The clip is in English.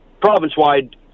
province-wide